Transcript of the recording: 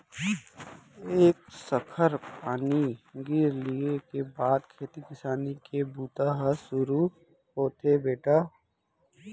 एक सखर पानी गिर लिये के बाद खेती किसानी के बूता ह सुरू होथे बेटा